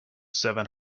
seven